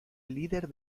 líder